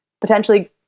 potentially